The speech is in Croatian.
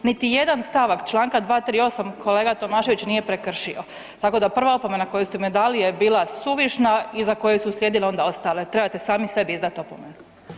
Niti jedan stavak čl. 238. kolega Tomašević nije prekršio, tako da prva opomena koju ste mu dali je bila suvišna, iza koje su slijedile onda ostale, trebate sami sebi izdati opomenu.